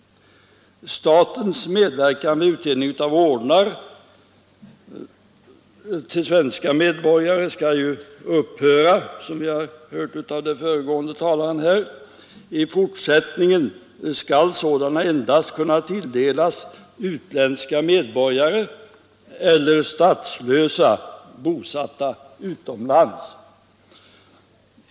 Statens medverkan i utdelningen av ordnar till svenska medborgare skall upphöra, som vi har hört av den föregående talaren. I fortsättningen skall sådana endast kunna tilldelas utländska medborgare eller statslösa, bosatta utomlands.